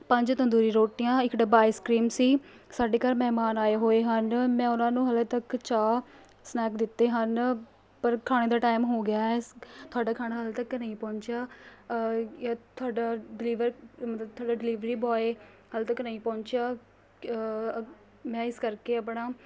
ਪੰਜ ਤੰਦੂਰੀ ਰੋਟੀਆਂ ਇੱਕ ਡੱਬਾ ਆਈਸ ਕ੍ਰੀਮ ਸੀ ਸਾਡੇ ਘਰ ਮਹਿਮਾਨ ਆਏ ਹੋਏ ਹਨ ਮੈਂ ਉਹਨਾਂ ਨੂੰ ਹਾਲੇ ਤੱਕ ਚਾਹ ਸਨੈਕ ਦਿੱਤੇ ਹਨ ਪਰ ਖਾਣੇ ਦਾ ਟਾਈਮ ਹੋ ਗਿਆ ਹੈ ਸ ਤੁਹਾਡਾ ਖਾਣਾ ਹਾਲੇ ਤੱਕ ਨਹੀਂ ਪਹੁੰਚਿਆ ਤੁਹਾਡਾ ਡਿਲੀਵਰ ਮਤਲਬ ਤੁਹਾਡਾ ਡਿਲੀਵਰੀ ਬੋਆਏ ਹਾਲੇ ਤੱਕ ਨਹੀਂ ਪਹੁੰਚਿਆ ਕ ਮੈਂ ਇਸ ਕਰਕੇ ਆਪਣਾ